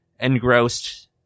engrossed